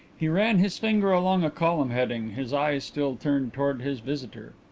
he ran his finger along a column heading, his eyes still turned towards his visitor.